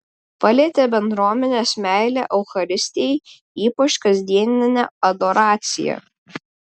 palietė bendruomenės meilė eucharistijai ypač kasdienė adoracija